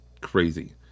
crazy